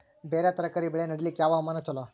ಬೇರ ತರಕಾರಿ ಬೆಳೆ ನಡಿಲಿಕ ಯಾವ ಹವಾಮಾನ ಚಲೋ?